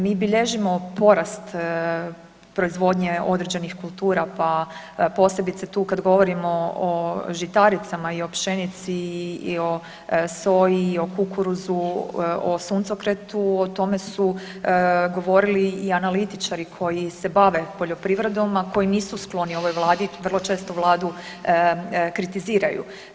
Mi bilježimo porast proizvodnje određenih kultura, pa posebice tu kad govorimo o žitaricama i o pšenici i o soji i o kukuruzu i o suncokretu o tome su govorili i analitičari koji se bave poljoprivredom, a koji nisu skloni ovoj Vladi vrlo često Vladu kritiziraju.